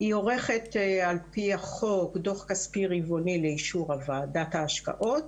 היא עורכת על פי החוק דו"ח כספי רבעוני לאישור ועדת ההשקעות